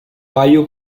paio